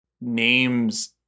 names